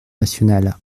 nationale